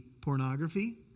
pornography